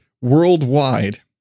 worldwide